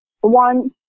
one